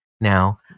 now